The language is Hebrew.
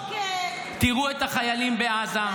תראו את החיילים בעזה,